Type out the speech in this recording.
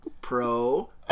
pro